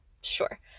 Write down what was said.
sure